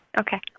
Okay